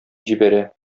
җибәрә